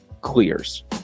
clears